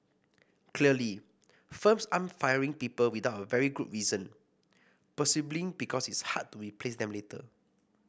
clearly firms aren't firing people without a very good reason presumably because it's so hard to replace them later